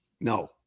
No